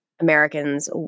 americans